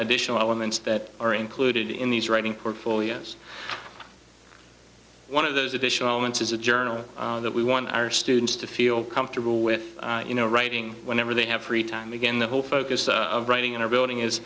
additional elements that are included in these writing portfolios one of those additional elements is a journal that we want our students to feel comfortable with you know writing whenever they have free time again the whole focus of writing in our building is